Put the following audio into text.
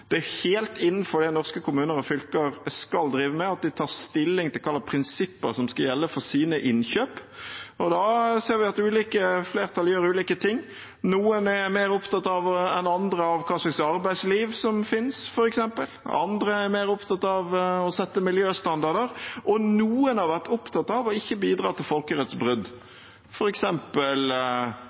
Det er helt innenfor det norske kommuner og fylker skal drive med, at de skal ta stilling til hva slags prinsipper som skal gjelde for sine innkjøp. Da ser vi at ulike flertall gjør ulike ting. Noen er f.eks. mer opptatt enn andre av hva slags arbeidsliv som finnes. Andre er mer opptatt av å sette miljøstandarder. Og noen har vært opptatt av å ikke bidra til folkerettsbrudd,